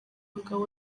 umugabo